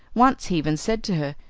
once he even said to her.